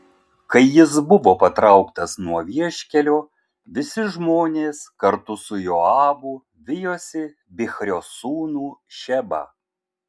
kai jis buvo patrauktas nuo vieškelio visi žmonės kartu su joabu vijosi bichrio sūnų šebą